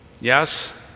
Yes